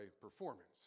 performance